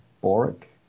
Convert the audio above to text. Boric